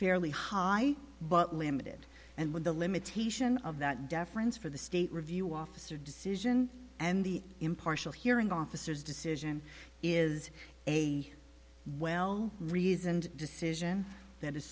fairly high but limited and with the limitation of that deference for the state review office or decision and the impartial hearing officers decision is a well reasoned decision that is